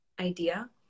idea